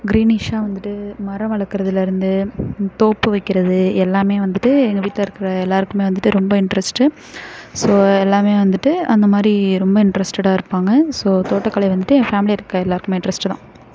கிரீனிஷா வந்துட்டு மரம் வளர்க்கறதுலேருந்து தோப்பு வைக்கிறது எல்லாமே வந்துட்டு எங்கள் வீட்டில் இருக்கிற எல்லாருக்குமே வந்துட்டு ரொம்ப இண்ட்ரெஸ்ட் ஸோ எல்லாமே வந்துட்டு அந்தமாதிரி ரொம்ப இண்ட்ரெஸ்ட்டடாக இருப்பாங்க ஸோ தோட்டக்கலை வந்துட்டு என் ஃபேமிலியில் இருக்கிற எல்லாருக்குமே இண்ட்ரெஸ்ட் தான்